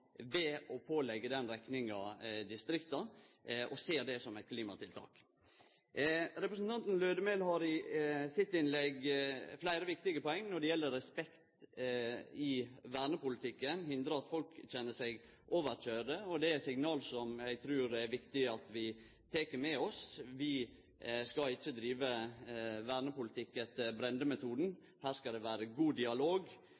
ved å påleggje distrikta den rekninga, og ser det som eit klimatiltak. Representanten Lødemel har i sitt innlegg fleire viktige poeng når det gjeld respekt i vernepolitikken, å hindre at folk kjenner seg overkøyrde. Det er eit signal som eg trur det er viktig at vi tek med oss. Vi skal ikkje drive vernepolitikk etter